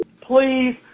Please